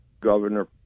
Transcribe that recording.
governor